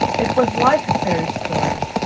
it was like a fairy story,